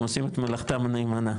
הם עושים את מלאכתם נאמנה.